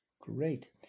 Great